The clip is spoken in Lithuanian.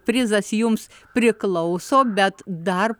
prizas jums priklauso bet dar